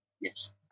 Yes